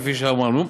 כפי שאמרנו.